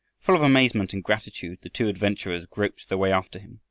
full of amazement and gratitude the two adventurers groped their way after him,